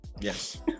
yes